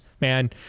man